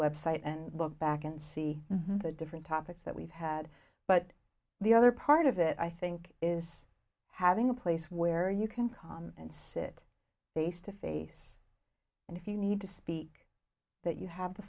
website and look back and see the different topics that we've had but the other part of it i think is having a place where you can come and sit face to face and if you need to speak that you have the